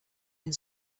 been